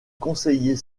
conseiller